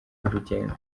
urugendo